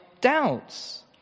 doubts